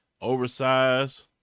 oversized